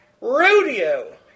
rodeo